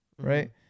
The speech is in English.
Right